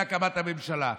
בהקמת הממשלה.